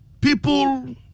people